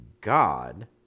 God